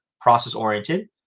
process-oriented